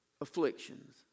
afflictions